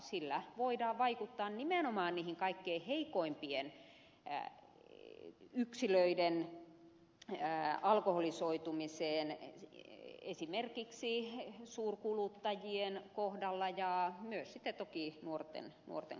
sillä voidaan vaikuttaa nimenomaan niihin kaikkein heikoimpien yksilöiden esimerkiksi suurkuluttajien ja myös sitten toki nuorten alkoholisoitumiseen